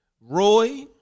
Roy